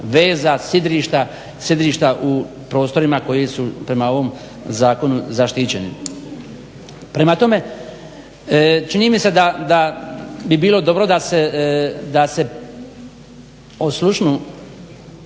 veza, sidrišta u prostorima koji su prema ovom zakonu zaštićeni. Prema tome čini mi se da bi bilo dobro da se oslušnu